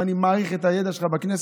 ואני מעריך את הידע שלך בכנסת,